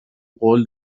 قول